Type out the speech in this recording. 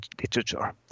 literature